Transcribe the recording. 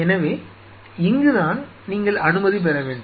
எனவே இங்குதான் நீங்கள் அனுமதி பெற வேண்டும்